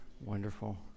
Wonderful